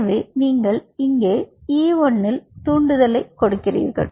எனவே இங்கே நீங்கள் E1 இல் தூண்டுதலைக் கொடுக்கிறீர்கள்